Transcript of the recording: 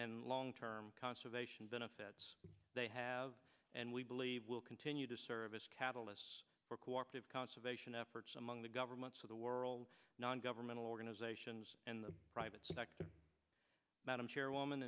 and long term conservation benefits they have and we believe will continue to service catalysts for co operative conservation efforts among the governments of the world non governmental organizations and the private sector madam chairwoman